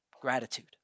gratitude